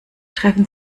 treffen